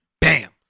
bam